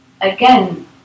again